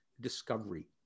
discovery